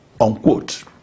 unquote